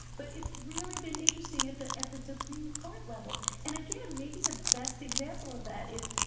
but it's really been interesting at the at the supreme court level, and again, maybe the best example of that is,